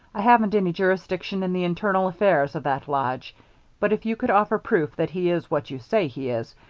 i haven't any jurisdiction in the internal affairs of that lodge but if you could offer proof that he is what you say he is,